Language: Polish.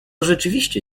rzeczywiście